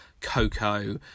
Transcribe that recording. Coco